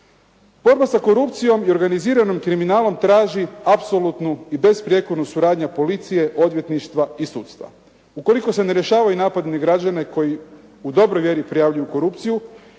Borba sa korupcijom i organiziranim kriminalom traži apsolutnu i besprijekornu suradnju policije, odvjetništva i sudstva. Ukoliko se ne rješavaju napadi na građane koji u dobroj vjeri prijavljuju korupciju